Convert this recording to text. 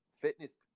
fitness